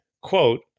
quote